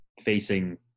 facing